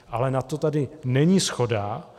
Ale na to tady není shoda.